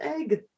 egg